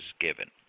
given